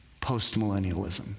Postmillennialism